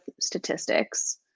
statistics